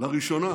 לראשונה